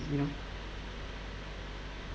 you know